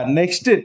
next